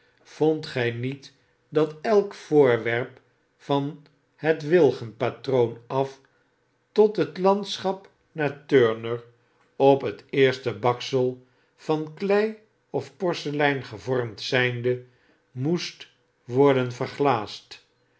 vondt gij niet dat elk voorwerp vanhetwilgen patroon af tot het landschai naar turner op het eerste baksel van kleiofporseleingevormd zijnde moet worden verglaasd